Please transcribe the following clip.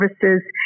services